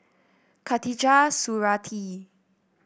Khatijah Surattee